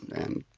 and